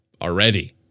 Already